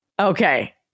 Okay